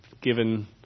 given